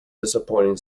disappointing